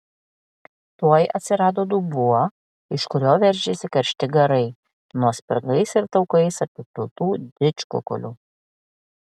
tuoj atsirado dubuo iš kurio veržėsi karšti garai nuo spirgais ir taukais apipiltų didžkukulių